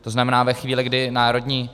To znamená, že ve chvíli, kdy národní...